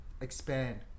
expand